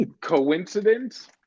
Coincidence